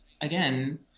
again